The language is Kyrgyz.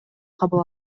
кабыл